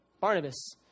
Barnabas